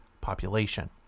population